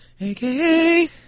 aka